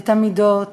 את המידות,